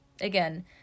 again